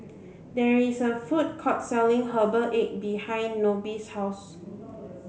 there is a food court selling herbal egg behind Nobie's house